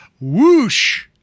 Whoosh